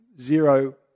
zero